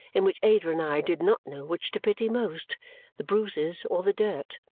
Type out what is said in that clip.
in which ada and i did not know which to pity most the bruises or the dirt.